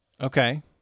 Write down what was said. Okay